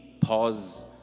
pause